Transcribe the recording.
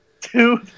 two